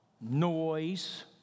noise